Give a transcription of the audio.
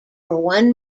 one